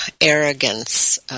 arrogance